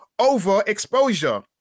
overexposure